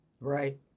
Right